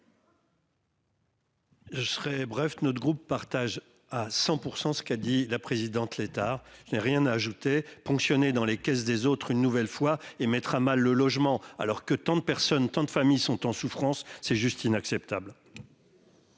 Je serai bref notre groupe partage à 100 % ce qu'a dit la présidente, l'État n'ai rien à ajouter ponctionner dans les caisses des autres, une nouvelle fois et mettre à mal le logement alors que tant de personnes, tant de familles sont en souffrance, c'est juste inacceptable.